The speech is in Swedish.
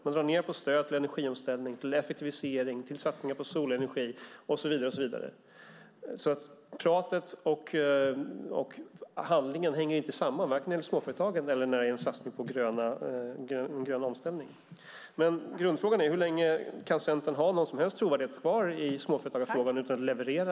Man drar ned på stödet till energiomställning, effektivisering, satsningar på solenergi och så vidare. Talet och handlingen hänger alltså inte samman, varken när det gäller småföretagen eller satsningen på en grön omställning. Grundfrågan är hur länge Centern kan ha kvar någon som helst trovärdighet i småföretagarfrågan utan att leverera.